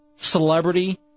celebrity